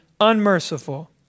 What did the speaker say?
unmerciful